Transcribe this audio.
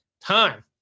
Time